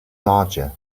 larger